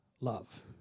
love